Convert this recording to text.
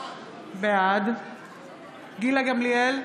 בעד גילה גמליאל,